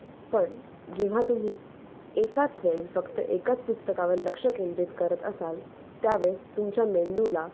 पण जेव्हा तुम्ही एकाच वेळी फक्त एकाच पुस्तकावर लक्ष केंद्रित करत असाल त्यावेळेस तुमच्या मेंदूला